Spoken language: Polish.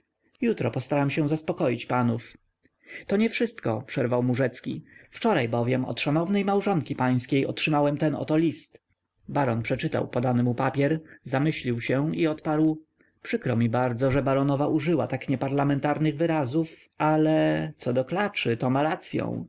jutro postaram się zaspokoić panów to nie wszystko przerwał mu rzecki wczoraj bowiem od szanownej małżonki pańskiej otrzymałem ten oto list baron przeczytał podany mu papier zamyślił się i odparł przykro mi bardzo że baronowa użyła tak nieparlamentarnych wyrazów ale co do tej klaczy to